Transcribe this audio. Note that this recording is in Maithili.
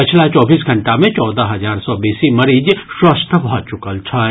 पछिला चौबीस घंटा मे चौदह हजार सँ बेसी मरीज स्वस्थ भऽ चुकल छथि